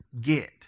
get